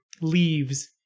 leaves